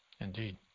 indeed